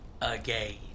Again